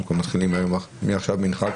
אנחנו כבר מתחילים מעכשיו מנחה,